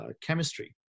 chemistry